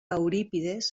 eurípides